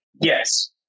Yes